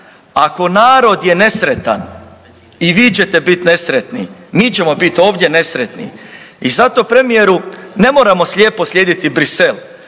ako narod je nesretan i vi ćete bit nesretni, mi ćemo bit ovdje nesretni i zato premijeru ne moramo slijepo slijediti Brisel.